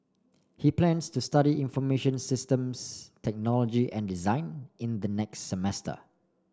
he plans to study information systems technology and design in the next semester